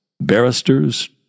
Barristers